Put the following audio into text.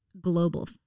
global